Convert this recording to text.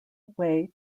way